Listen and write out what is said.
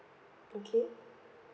okay